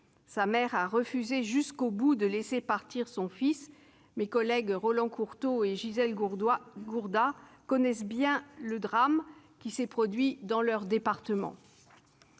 Sa mère a refusé jusqu'au bout de le laisser partir- mes collègues Roland Courteau et Gisèle Jourda connaissent bien ce drame, qui s'est produit dans leur département.